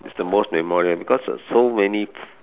is the most memorable because so many